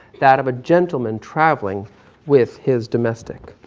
that of a gentleman traveling with his domestic.